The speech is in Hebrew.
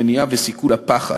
המניעה וסיכול הפח"ע.